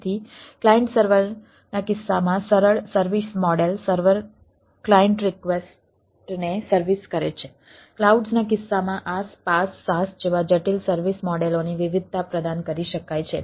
તેથી ક્લાયન્ટ સર્વરના કિસ્સામાં સરળ સર્વિસ મોડેલ સર્વર ક્લાયન્ટ રિક્વેસ્ટને સર્વિસ કરે છે ક્લાઉડ્સના કિસ્સામાં IaaS PaaS SaaS જેવા જટિલ સર્વિસ મોડેલની વિવિધતા પ્રદાન કરી શકાય છે